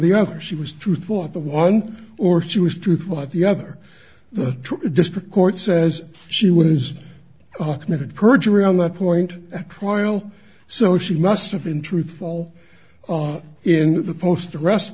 the other she was truthful at the one or she was truthful at the other the district court says she was committed perjury on that point acquired so she must have been truthful in the post arrest